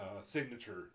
signature